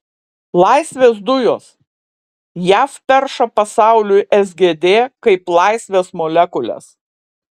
laisvės dujos jav perša pasauliui sgd kaip laisvės molekules